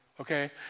okay